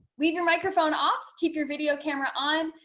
leave your microphone off, keep your video camera on,